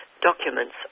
documents